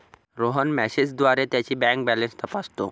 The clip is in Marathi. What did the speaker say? रोहन मेसेजद्वारे त्याची बँक बॅलन्स तपासतो